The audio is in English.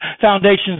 foundations